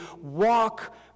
walk